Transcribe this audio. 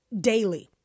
daily